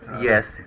Yes